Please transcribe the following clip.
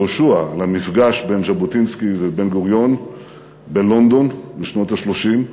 יהושע על המפגש של ז'בוטינסקי ובן-גוריון בלונדון בשנות ה-30,